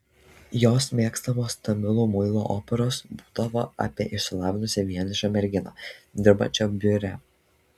jos mėgstamos tamilų muilo operos būdavo apie išsilavinusią vienišą merginą dirbančią biure